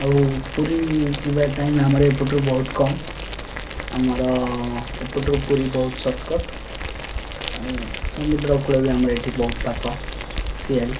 ଆଉ ପୁରୀ ଯିବା ଟାଇମ୍ ଆମର ଏପଟରୁ ବହୁତ କମ୍ ଆମର ଏପଟରୁ ପୁରୀ ବହୁତ ସର୍ଟକଟ୍ ଆଉ ସମୁଦ୍ରକୂଳ ବି ଆମର ଏଇଠି ବହୁତ ପାଖ ଶିଆଳି